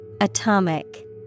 Atomic